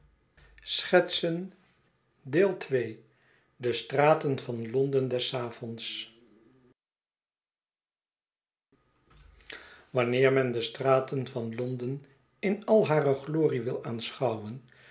de straten van londen des avonds wanneer men de straten van londen in al hare glorie wil aanschouwen